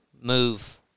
move